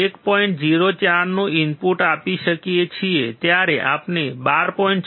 04 નું ઇનપુટ આપી શકીયે છીએ ત્યારે આપણને 12